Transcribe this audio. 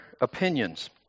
opinions